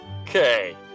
Okay